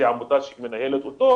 זו עמותה שמנהלת אותו.